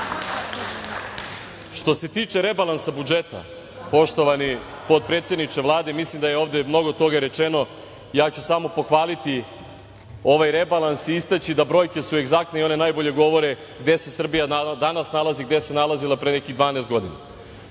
se tiče rebalansa budžeta, poštovani potpredsedniče Vlade, mislim da je ovde mnogo toga rečeno, ja ću samo pohvaliti ovaj rebalans i istaći da brojke su egzaktne i one najbolje govore gde se Srbija danas nalazi, gde se nalazila pre nekih 12 godina. Ako